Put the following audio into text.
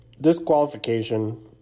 disqualification